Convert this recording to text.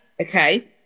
okay